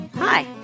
Hi